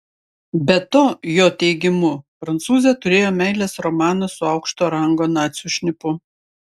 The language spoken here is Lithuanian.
be to jo teigimu prancūzė turėjo meilės romaną su aukšto rango nacių šnipu